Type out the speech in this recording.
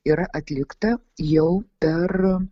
yra atlikta jau per